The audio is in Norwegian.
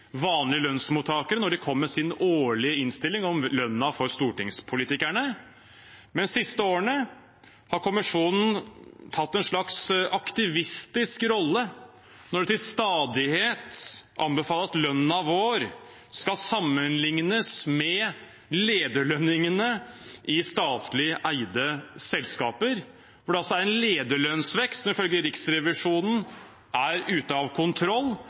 vanlige lønnsmottakeres lønnsvekst da de kom med sin årlige innstilling om stortingspolitikernes lønn, men de siste årene har kommisjonen tatt en slags aktivistisk rolle når de til stadighet anbefaler at lønnen vår skal sammenliknes med lederlønningene i statlig eide selskaper, hvor det er en lederlønnsvekst som ifølge Riksrevisjonen er ute av kontroll,